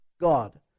God